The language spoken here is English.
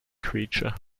creature